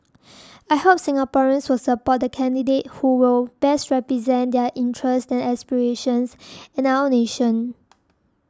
I hope Singaporeans will support the candidate who will best represent their interests and aspirations and our nation